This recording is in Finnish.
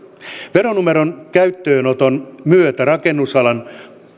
veronumeron käyttöönoton myötä rakennusalan